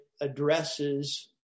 addresses